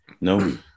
No